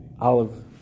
olive